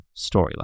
storyline